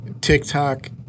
TikTok